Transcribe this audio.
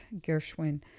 Gershwin